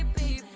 the